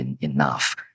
enough